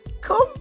Come